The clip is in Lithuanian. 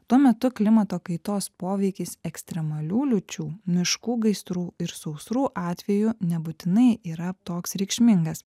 tuo metu klimato kaitos poveikis ekstremalių liūčių miškų gaisrų ir sausrų atveju nebūtinai yra toks reikšmingas